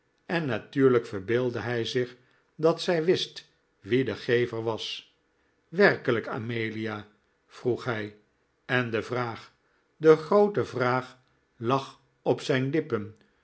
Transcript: en natuurlijk verbeeldde hij zich dat zij wist wie de gever was werkelijk amelia vroeg hij en de vraag de groote vraag lag op zijn lippen